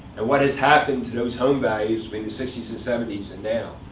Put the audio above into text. and what has happened to those home values between the sixty s and seventy s and now?